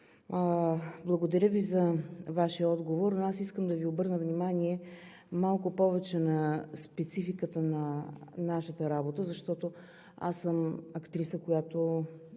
благодаря за Вашия отговор. Искам да Ви обърна внимание малко повече на спецификата на нашата работа, защото съм актриса, която